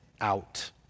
out